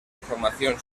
información